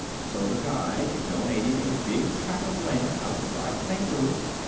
so the guide donated a big tract of land outside st. louis,